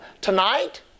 tonight